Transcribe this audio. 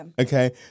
Okay